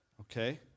okay